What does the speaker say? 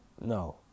No